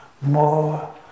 more